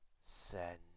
Send